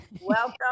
Welcome